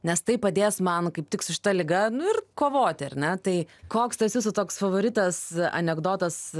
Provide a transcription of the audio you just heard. nes tai padės man kaip tik su šita liga nu ir kovoti ar ne tai koks tas jūsų toks favoritas anekdotas